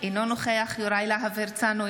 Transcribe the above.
אינו נוכח יוראי להב הרצנו,